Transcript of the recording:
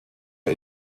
der